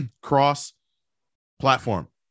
cross-platform